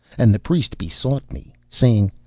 and the priest besought me, saying,